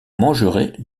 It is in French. mangerez